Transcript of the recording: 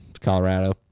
colorado